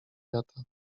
państwa